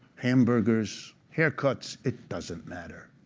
hamburgers, haircuts. it doesn't matter.